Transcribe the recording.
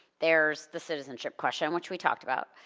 there's the citizenship question, which we talked about.